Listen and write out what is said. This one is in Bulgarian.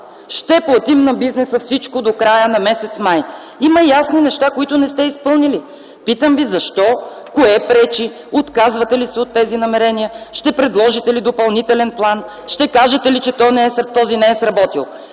ще платим на бизнеса всичко до края на м. май. Има ясни неща, които не сте изпълнили. Питам Ви защо? Кое пречи? Отказвате ли се от тези намерения? Ще предложите ли допълнителен план? Ще кажете ли, че той не е сработил?